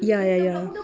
ya ya ya